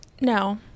No